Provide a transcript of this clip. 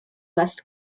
west